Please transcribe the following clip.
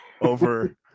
over